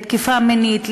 לתקיפה מינית,